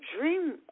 dream